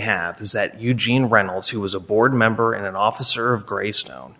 have is that eugene reynolds who was a board member and an officer of gray stone